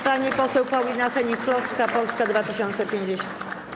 Pani poseł Paulina Hennig-Kloska, Polska 2050.